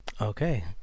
Okay